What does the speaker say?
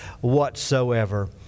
whatsoever